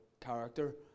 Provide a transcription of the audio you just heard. character